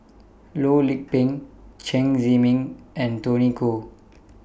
Loh Lik Peng Chen Zhiming and Tony Khoo